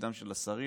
תפקידם של השרים.